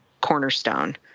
cornerstone